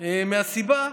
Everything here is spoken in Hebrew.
היא מהסיבה,